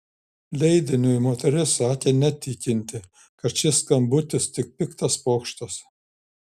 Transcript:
leidiniui moteris sakė netikinti kad šis skambutis tik piktas pokštas